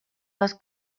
les